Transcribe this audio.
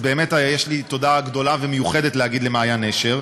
אז באמת יש לי תודה גדולה ומיוחדת להגיד למעיין נשר,